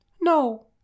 No